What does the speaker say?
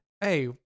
Hey